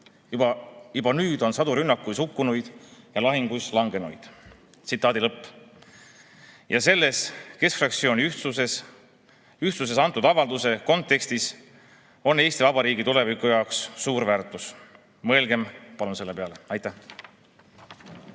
Juba nüüd on sadu rünnakuis hukkunuid ja lahinguis langenuid." Selles keskfraktsiooni ühtsuses antud avalduse kontekstis on Eesti Vabariigi tuleviku jaoks suur väärtus. Mõelgem palun selle peale! Aitäh!